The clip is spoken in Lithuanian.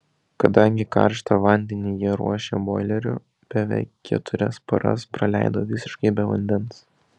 kadangi karštą vandenį jie ruošia boileriu beveik keturias paras praleido visiškai be vandens